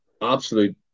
absolute